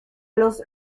los